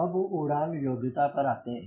अब उड़ान योग्यता पर आते हैं